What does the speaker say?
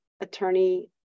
attorney